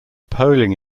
polling